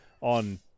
on